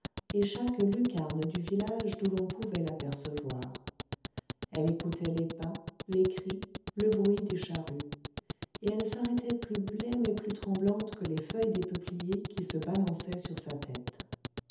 et chaque lucarne du village d'où l'on pouvait l'apercevoir elle écoutait les pas les cris le bruit des charrues et elle s'arrêtait plus blême et plus tremblante que les feuilles des peupliers qui se balançaient sur sa tête